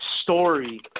story